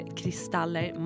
kristaller